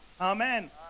Amen